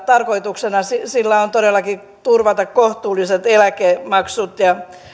tarkoituksena sillä on todellakin turvata kohtuulliset eläkemaksut ja